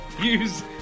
use